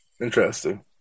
Interesting